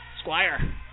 Squire